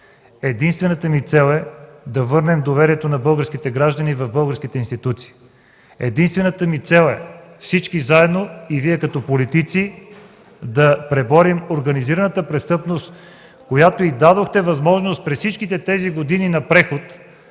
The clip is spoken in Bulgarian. единствената ни цел е да върнем доверието на българските граждани в българските институции. Единствената ми цел е всички заедно, и Вие като политици, да преборим организираната престъпност, на която дадохте възможност през всички тези години на преход